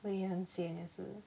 我也很 sian 也是